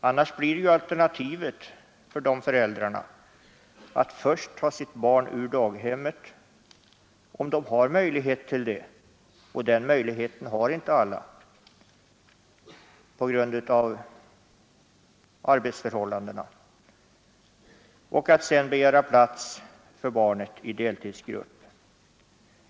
Annars blir alternativet för dessa föräldrar att först ta sitt barn ur daghemmet, om de har möjlighet till det — men den möjligheten har inte alla på grund av arbetsförhållandena — och att sedan begära plats för barnet i deltidsgrupp.